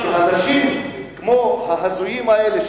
שאנשים כמו ההזויים האלה,